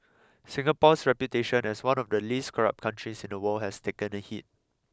Singapore's reputation as one of the least corrupt countries in the world has taken a hit